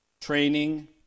training